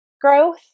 growth